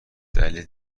دلیل